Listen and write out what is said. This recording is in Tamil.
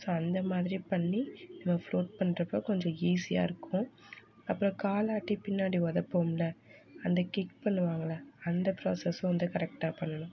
ஸோ அந்தமாதிரி பண்ணி நம்ம ஃப்லோட் பண்ணுறப்ப கொஞ்சம் ஈஸியாக இருக்கும் அப்புறம் காலாட்டி பின்னாடி உதப்போம்ல அந்த கிக் பண்ணுவாங்கள்ல அந்த ப்ராஸஸும் வந்து கரெக்ட்டாக பண்ணனும்